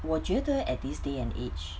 我觉得 at this day and age